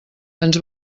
ens